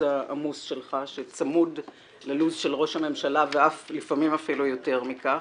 העמוס שלך שצמוד ללו"ז של ראש הממשלה ולפעמים אפילו יותר מכך.